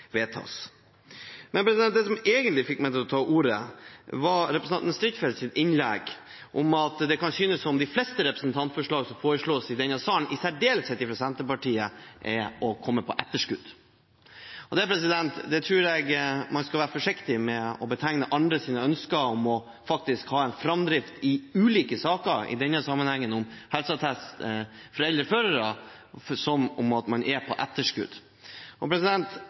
vedtas. Det som egentlig fikk meg til å ta ordet, var representanten Strifeldts innlegg om at det kan synes som om de fleste representantforslag som fremmes i denne sal, i særdeleshet fra Senterpartiet, kommer på etterskudd. Jeg tror man skal være forsiktig med å betegne andres ønsker om faktisk å ha en framdrift i ulike saker, i denne sammenhengen om helseattest for eldre førere, som at man er på etterskudd. Det er klart at det godt kunne vært behagelig for regjeringspartienes medlemmer å sitte stille i salen og